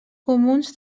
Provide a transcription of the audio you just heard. comuns